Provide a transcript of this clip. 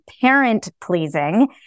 parent-pleasing